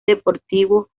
deportivo